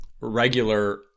regular